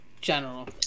General